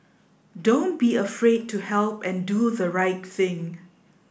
don't be afraid to help and do the right thing